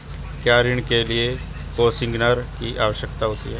क्या ऋण के लिए कोसिग्नर की आवश्यकता होती है?